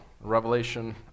Revelation